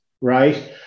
right